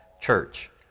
church